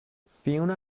fiona